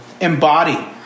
embody